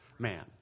Man